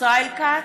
ישראל כץ,